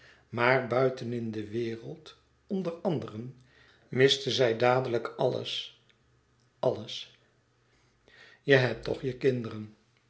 maar buiten in de wereld onder anderen miste zij dadelijk alles alles je hebt toch je kinderen